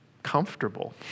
comfortable